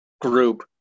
group